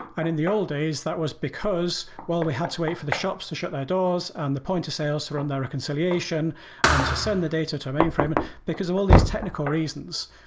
and in the old days that was because while we had to wait for the shops to shut their doors and the point of sales around that reconciliation and to send the data to a mainframe because of all these technical reasons.